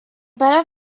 better